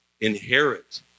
Inherit